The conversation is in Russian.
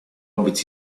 быть